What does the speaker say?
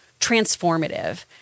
transformative